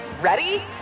Ready